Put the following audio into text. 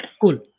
Cool